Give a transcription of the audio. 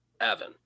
Evan